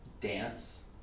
dance